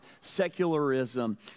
secularism